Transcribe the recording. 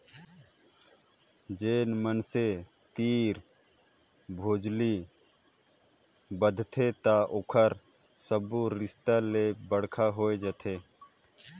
जेन मइनसे तीर भोजली बदथे त ओहर सब्बो रिस्ता ले बड़का होए जाथे